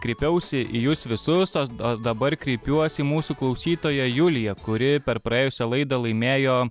kreipiausi į jus visus tuos du dabar kreipiuosi mūsų klausytoja julija kuri per praėjusią laidą laimėjo